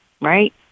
right